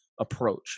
approach